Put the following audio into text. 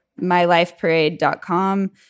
mylifeparade.com